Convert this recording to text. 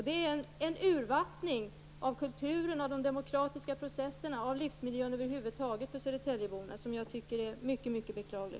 Det är en urvattning av kulturen, av de demokratiska processerna och av livsmiljön över huvud taget för södertäljeborna, vilken jag tycker är mycket beklaglig.